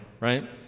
right